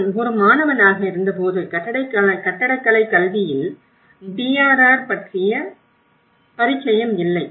நான் ஒரு மாணவனாக இருந்தபோது கட்டடக்கலைக் கல்வியில் DRR பற்றிய பரிச்சயம் இல்லை